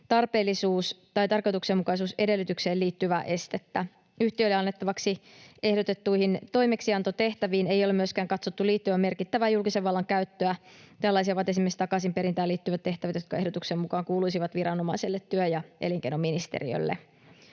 tarpeellisuus- tai tarkoituksenmukaisuusedellytykseen liittyvää estettä. Yhtiölle annettavaksi ehdotettuihin toimeksiantotehtäviin ei ole myöskään katsottu liittyvän merkittävää julkisen vallan käyttöä. Tällaisia ovat esimerkki takaisinperintään liittyvät tehtävät, jotka ehdotuksen mukaan kuuluisivat viranomaiselle, työ- ja elinkeinoministeriölle.